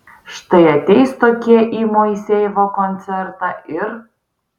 štai ateis tokie į moisejevo koncertą ir